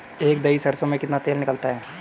एक दही सरसों में कितना तेल निकलता है?